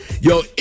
Yo